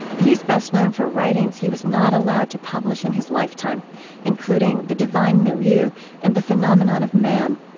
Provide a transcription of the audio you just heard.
he's best known for writings he was not allowed to publish in his lifetime including the divine milieu and the phenomenon of man.